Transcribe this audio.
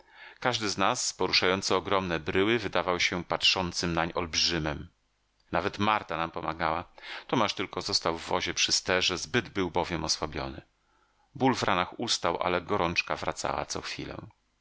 każdy z nas poruszający ogromne bryły wydawał się patrzącym nań olbrzymem nawet marta nam pomagała tomasz tylko został w wozie przy sterze zbyt był bowiem osłabiony ból w ranach ustał ale gorączka wracała co chwilę